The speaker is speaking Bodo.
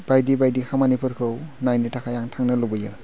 बायदि बायदि खामानिफोरखौ नायनो थाखाय आं थांनो लुबैयो